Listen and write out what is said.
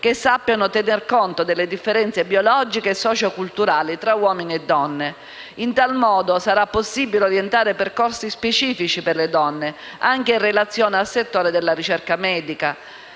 che sappiano tener conto delle differenze biologiche e socioculturali tra uomini e donne. In tal modo sarà possibile orientare percorsi specifici per le donne, anche in relazione al settore della ricerca medica.